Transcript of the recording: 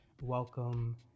welcome